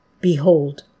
Behold